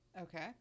okay